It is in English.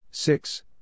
Six